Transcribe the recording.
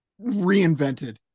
reinvented